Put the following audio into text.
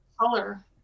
color